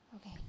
Okay